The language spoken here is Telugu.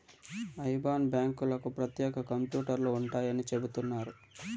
ఐబాన్ బ్యాంకులకు ప్రత్యేక కంప్యూటర్లు ఉంటాయని చెబుతున్నారు